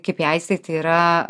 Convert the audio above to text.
kipiaisai tai yra